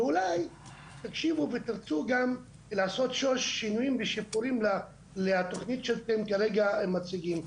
ואולי תקשיבו ותרצו גם לעשות שינויים ושיפורים לתכנית שאתם כרגע מציגים.